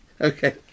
Okay